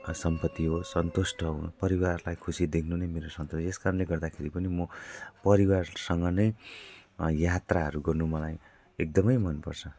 सम्पत्ति हो सन्तुष्ट हो परिवारलाई खुसी देख्नु नै मेरो सम्तोष हो यसकारणले गर्दाखेरि पनि म परिवारसँग नै यात्राहरू गर्नु मलाई एकदमै मन पर्छ